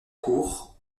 court